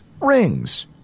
rings